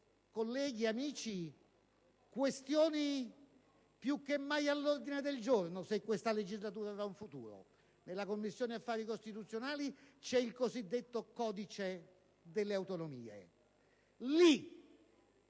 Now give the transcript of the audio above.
Colleghi e amici, sono questioni più che mai all'ordine del giorno, se questa legislatura avrà un futuro. Nella Commissione affari costituzionali c'è il cosiddetto codice delle autonomie: